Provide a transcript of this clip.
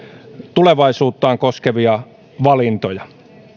tulevaisuuttaan koskevia valintoja